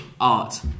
art